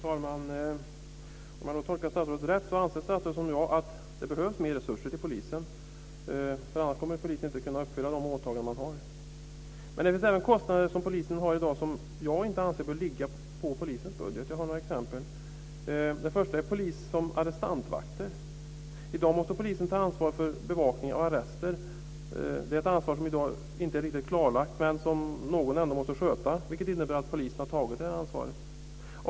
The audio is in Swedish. Fru talman! Om jag tolkar statsrådet rätt anser han som jag att det behövs mer resurser till polisen. Annars kommer polisen inte att kunna fullgöra de åtaganden man har. Men det finns även kostnader som polisen har i dag som jag inte anser bör ligga på polisens budget. Jag har några exempel. Det första är polis som arrestantvakter. I dag måste polisen ta ansvar för bevakning av arrester. Det är ett ansvar som i dag inte är riktigt klarlagt men som någon ändå måste sköta. Detta innebär att polisen har tagit det här ansvaret.